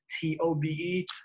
t-o-b-e